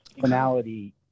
finality